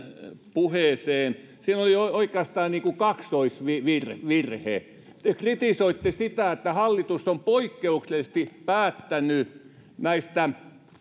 puheeseen siinä oli oikeastaan kaksoisvirhe te kritisoitte sitä että hallitus on poikkeuksellisesti päättänyt näistä